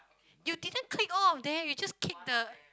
you didn't click all of them you just kick the